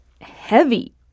heavy